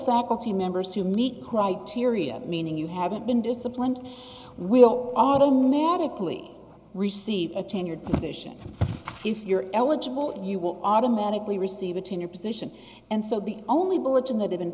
faculty members who meet criteria meaning you haven't been disciplined will automatically receive a tenured position if you're eligible you will automatically receive a tenured position and so the only bulletin that had been